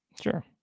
sure